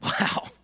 Wow